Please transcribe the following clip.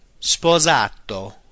sposato